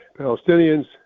Palestinians